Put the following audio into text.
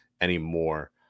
anymore